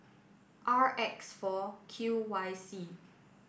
R X four Q Y C